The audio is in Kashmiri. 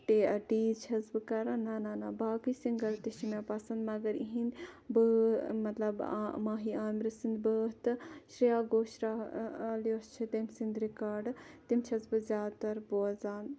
ٹیٖز چھَس بہٕ کَران نہَ نہَ نہَ باقٕے سِنٛگَر تہِ چھِ مےٚ پَسَنٛد مَگَر اِہِنٛد مَطلَب ماہی عامرٕ سٕنٛدۍ بٲتھ تہٕ شریا گوشرال یۄس چھِ تٔمۍ سِنٛدۍ رِکاڈٕ تِم چھَس بہٕ زیادٕ تَر بوزان